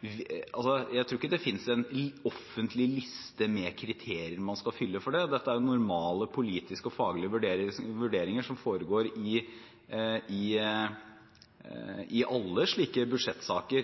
Jeg tror ikke det finnes en offentlig liste med kriterier man skal fylle for det. Det er normale politiske og faglige vurderinger som foregår i alle slike budsjettsaker.